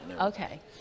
Okay